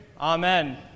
Amen